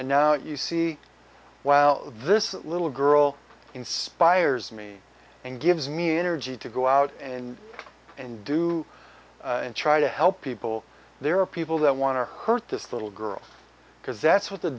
and now you see wow this little girl inspires me and gives me energy to go out and and do and try to help people there are people that want to hurt this little girl because that's what the